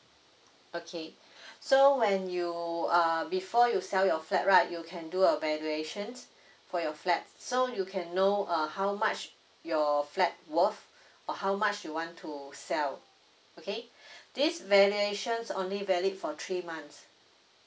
okay so when you uh before you sell your flat right you can do a valuation for your flat so you can know uh how much your flat worth or how much you want to sell okay these valuation only valid for three months